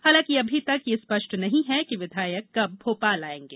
हालांकि अभी तक यह स्पष्ट नहीं है कि विधायक कब भोपाल आयेंगे